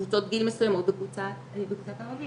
מגיעים אחריכם עוד ובסוף מגיעות עוד איזה 20 חברות כנסת לתמונה,